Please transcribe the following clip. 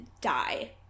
die